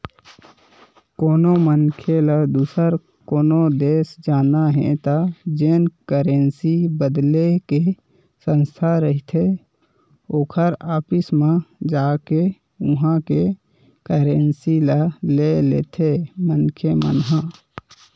कोनो मनखे ल दुसर कोनो देस जाना हे त जेन करेंसी बदले के संस्था रहिथे ओखर ऑफिस म जाके उहाँ के करेंसी ल ले लेथे मनखे मन ह